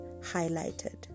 highlighted